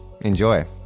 enjoy